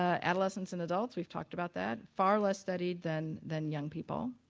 adolescents and adults, we've talked about that, far less studied than than young people.